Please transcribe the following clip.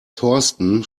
thorsten